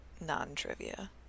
non-trivia